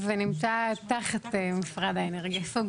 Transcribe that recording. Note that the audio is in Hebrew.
ונמצא תחת משרד האנרגיה, סוג של.